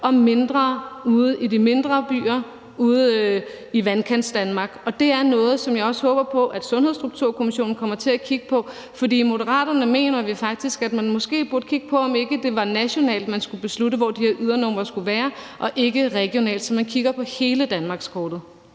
og mindre ude i de mindre byer, ude i Vandkantsdanmark, og det er noget, som jeg også håber på at Sundhedsstrukturkommissionen kommer til at kigge på. For i Moderaterne mener vi faktisk, at man måske burde kigge på, om ikke det var nationalt og ikke regionalt, man skulle beslutte, hvor de her ydernumre skulle være, så man kiggede på hele danmarkskortet.